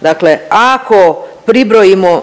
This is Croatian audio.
Dakle ako pribrojimo